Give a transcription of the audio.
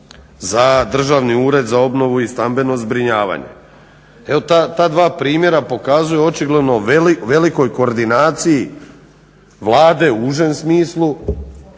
za Državni ured za obnovu i stambeno zbrinjavanje. Evo, ta dva primjera pokazuju očigledno velikoj koordinaciji Vlade u užem smislu